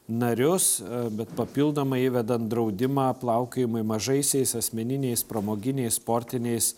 narius bet papildomai įvedant draudimą plaukiojimui mažaisiais asmeniniais pramoginiais sportiniais